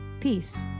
Peace